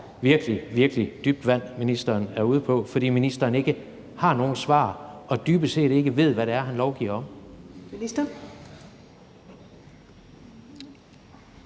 virkelig, virkelig dybt vand, ministeren er ude på, fordi ministeren ikke har nogen svar og dybest set ikke ved, hvad det er, han lovgiver om? Kl.